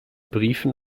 briefen